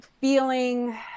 feeling